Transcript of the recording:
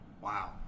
Wow